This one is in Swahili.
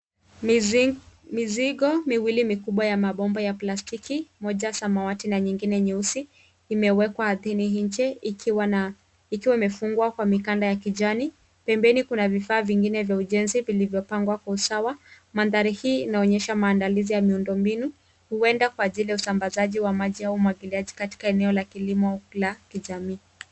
Mizigo miwili mikubwa ya mabomba ya plastiki, moja samawati na nyingine nyeusi, imewekwa ardhini nje. Ikiwa imefungwa kwa mikanda ya kijani, pembeni kuna vifaa vingine vya ujensi vilivyopangwa kwa usawa. Mandhari hii inaonyesha maandalizi ya miundombinu, huenda kwa ajili ya usambazaji wa maji au umwagiliaji katika eneo la kilimo kila kijamii.